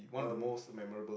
um